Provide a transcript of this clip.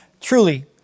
truly